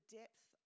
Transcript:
depth